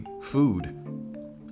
Food